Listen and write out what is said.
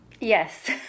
Yes